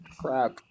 crap